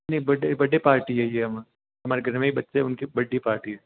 नहीं birthday birthday party है ये हमारे घर में ही बच्चे हैं उनके बड्डे पार्टी है